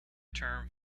term